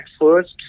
first